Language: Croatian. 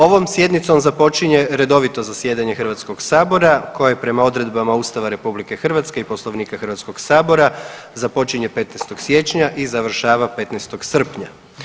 Ovom sjednicom započinje redovito zasjedanje Hrvatskog sabora koje je prema odredbama Ustava RH i Poslovnika Hrvatskog sabora započinje 15. siječanja i završava 15. srpnja.